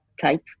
type